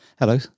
hello